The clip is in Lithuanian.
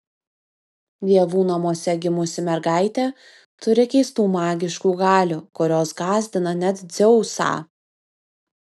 dievų namuose gimusi mergaitė turi keistų magiškų galių kurios gąsdina net dzeusą